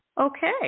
Okay